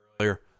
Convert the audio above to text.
earlier